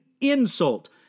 insult